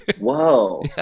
Whoa